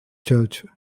church